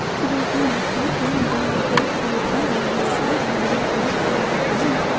it would be more simple and bring them closer to the time when they were good and knew not luxury and greed.